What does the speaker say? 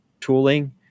tooling